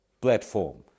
platform